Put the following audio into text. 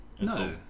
No